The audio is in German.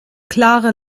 klare